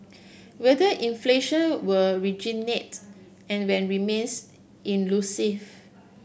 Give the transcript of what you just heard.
whether inflation will reignite and when remains elusive